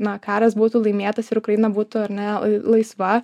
na karas būtų laimėtas ir ukraina būtų ar ne laisva